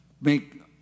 make